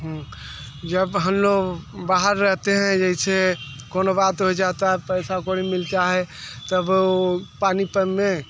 जब हम लोग बाहर रहते हैं ऐसे कोनो बात होई जाता है पैसा कोड़ी मिलता है तब उ पानी में